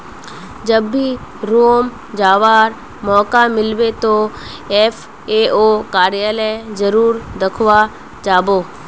जब भी रोम जावा मौका मिलबे तो एफ ए ओ कार्यालय जरूर देखवा जा बो